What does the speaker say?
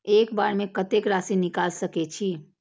एक बार में कतेक राशि निकाल सकेछी?